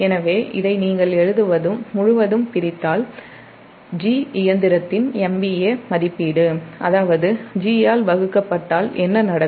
எனவே இதை நீங்கள் முழுவதும் பிரித்தால் G இயந்திரத்தின் MVA மதிப்பீடு அதாவது G ஆல் வகுக்கப்பட்டால் என்ன நடக்கும்